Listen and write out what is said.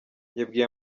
yabwiye